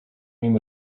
nim